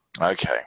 Okay